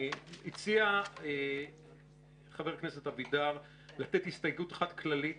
הציע חבר הכנסת אבידר לתת הסתייגות אחת כללית